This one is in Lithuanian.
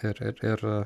ir ir ir